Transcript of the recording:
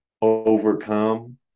overcome